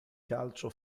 calcio